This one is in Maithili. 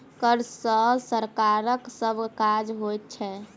कर सॅ सरकारक सभ काज होइत छै